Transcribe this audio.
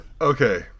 okay